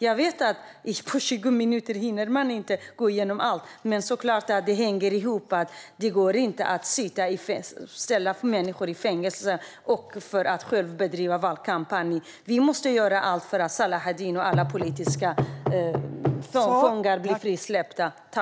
Jag vet att man inte hinner gå igenom allt på 20 minuter, men det är klart att detta hänger ihop. Det går inte att sätta människor i fängelse för att själv bedriva valkampanj. Vi måste göra allt för att Selahattin och alla andra politiska fångar ska bli frisläppta.